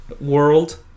world